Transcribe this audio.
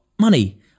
money